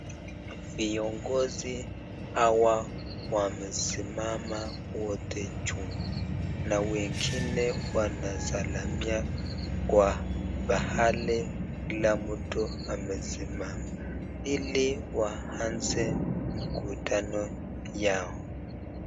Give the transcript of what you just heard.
Viongozi hawa wamesimama wote juu na wengine wanasalamia kwa pahali kila mtu amesimama ili waaze mkutano yao.